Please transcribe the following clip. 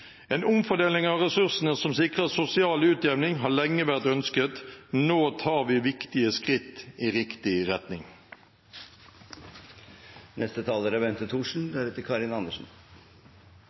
En omfordeling av ressursene som sikrer sosial utjevning, har lenge vært ønsket. Nå tar vi viktige skritt i riktig retning! Fremskrittspartiet mener at kunnskap er